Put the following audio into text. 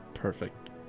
Perfect